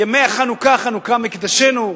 ימי החנוכה, חנוכת מקדשנו.